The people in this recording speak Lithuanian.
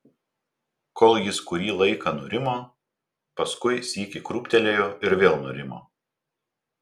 kol jis kurį laiką nurimo paskui sykį krūptelėjo ir vėl nurimo